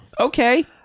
Okay